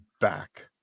back